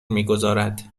میگذارد